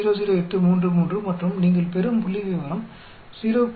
00833 மற்றும் நீங்கள் பெறும் புள்ளிவிவரம் 0